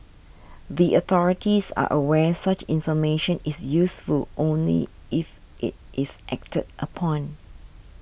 the authorities are aware such information is useful only if it is acted upon